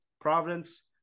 Providence